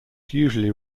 usually